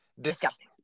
Disgusting